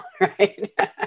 right